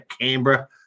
Canberra